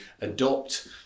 adopt